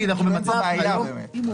הבעיה להתנות